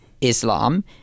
islam